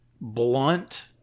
blunt